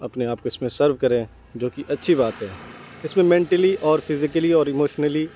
اپنے آپ کو اس میں صرف کریں جوکہ اچھی بات ہے اس میں مینٹلی اور فزیکلی اور اموشنلی